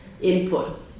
input